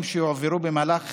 והנתונים שהועברו במהלך